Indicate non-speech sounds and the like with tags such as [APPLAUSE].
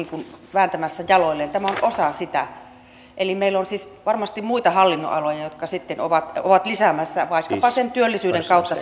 vääntämässä jaloilleen tämä on osa sitä eli meillä on siis varmasti muita hallinnonaloja jotka sitten ovat ovat lisäämässä vaikkapa sen työllisyyden kautta [UNINTELLIGIBLE]